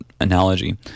analogy